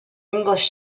english